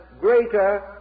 greater